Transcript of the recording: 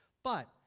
but,